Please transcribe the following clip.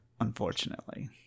unfortunately